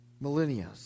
millennia